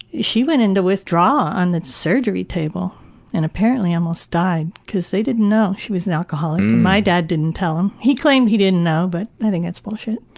she went into withdrawal on the surgery table and apparently almost died because they didn't know she was an alcoholic. my dad didn't tell. um he claimed he didn't know but i think that's bullshit,